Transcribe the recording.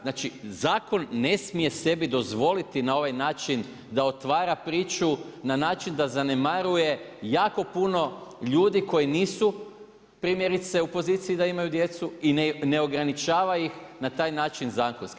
Znači zakon ne smije sebi dozvoliti na ovaj način da otvara priču na način da zanemaruje jako puno ljudi koji nisu primjerice u poziciji da imaju djecu i ne ograničava ih na taj način zakonski.